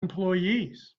employees